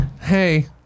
hey